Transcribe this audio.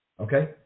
Okay